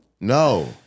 No